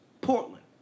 Portland